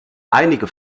einige